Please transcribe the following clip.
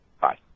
Bye